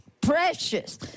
precious